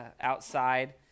outside